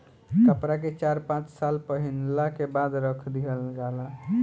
कपड़ा के चार पाँच साल पहिनला के बाद रख दिहल जाला